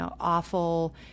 awful